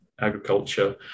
agriculture